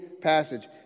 passage